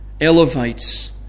elevates